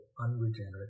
unregenerate